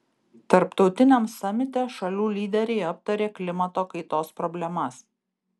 tarptautiniam samite šalių lyderiai aptarė klimato kaitos problemas